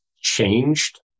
changed